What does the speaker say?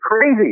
crazy